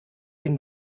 den